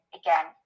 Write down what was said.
again